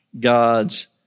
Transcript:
God's